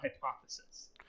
hypothesis